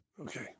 Okay